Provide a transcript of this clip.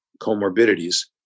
comorbidities